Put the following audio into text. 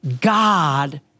God